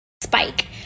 spike